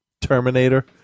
Terminator